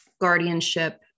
guardianship